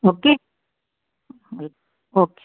okay हलु okay